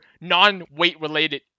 non-weight-related